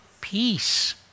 peace